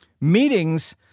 Meetings